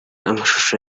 amashusho